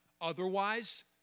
Otherwise